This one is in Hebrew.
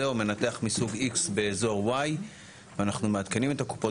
או מנתח מסוג X באזור Y. אז אנחנו מעדכנים את הקופות